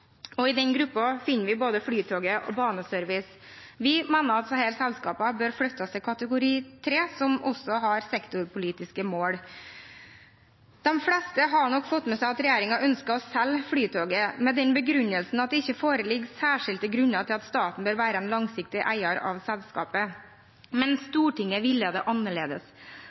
I den gruppen finner vi både Flytoget og Baneservice. Vi mener at disse selskapene bør flyttes over til kategori 3, som også har sektorpolitiske mål. De fleste har nok fått med seg at regjeringen ønsker å selge Flytoget, med den begrunnelsen at det ikke foreligger særskilte grunner til at staten bør være en langsiktig eier av selskapet, men